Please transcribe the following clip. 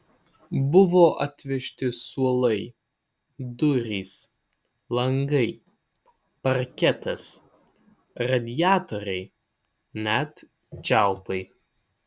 buvo atvežti suolai durys langai parketas radiatoriai net čiaupai